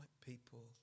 people